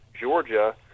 Georgia